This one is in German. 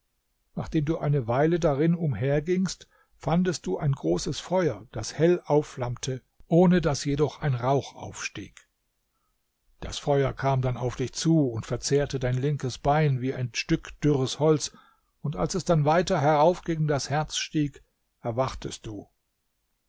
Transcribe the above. nachdem du eine weile darin umhergingst fandest du ein großes feuer das hell aufflammte ohne daß jedoch ein rauch aufstieg das feuer kam dann auf dich zu und verzehrte dein linkes bein wie ein stück dürres holz und als es dann weiter herauf gegen das herz stieg erwachtest du